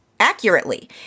accurately